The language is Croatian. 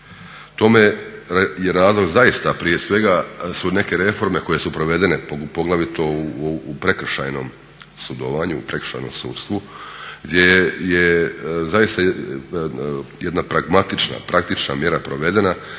Tome je razlog zaista prije svega su neke reforme koje su provedene poglavito u prekršajnom sudovanju, u prekršajnom sudstvu gdje je zaista jedna pragmatična, praktična mjera provedena